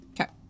Okay